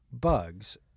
bugs